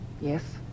Yes